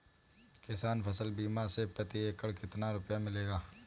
किसान फसल बीमा से प्रति एकड़ कितना रुपया मिलेगा?